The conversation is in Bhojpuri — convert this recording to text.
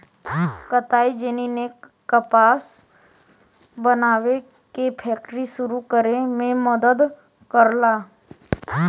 कताई जेनी ने कपास बनावे के फैक्ट्री सुरू करे में मदद करला